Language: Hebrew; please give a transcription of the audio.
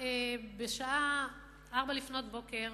בשעה 04:00, לפנות בוקר,